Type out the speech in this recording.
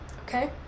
okay